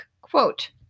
Quote